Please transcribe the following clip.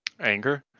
Anger